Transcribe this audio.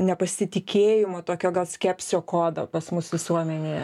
nepasitikėjimo tokio gal skepsio kodą pas mus visuomenėje